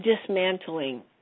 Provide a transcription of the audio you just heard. dismantling